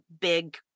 big